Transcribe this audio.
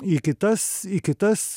į kitas į kitas